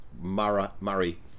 Murray